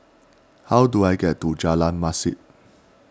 how do I get to Jalan Masjid